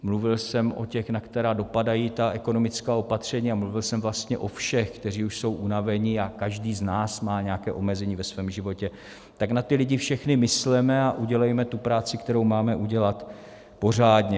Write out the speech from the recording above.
Mluvil jsem o těch, na které dopadají ta ekonomická opatření, a mluvil jsem vlastně o všech, kteří už jsou unavení, a každý z nás má nějaké omezení ve svém životě, tak na ty lidi všechny mysleme a udělejme tu práci, kterou máme udělat, pořádně.